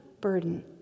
burden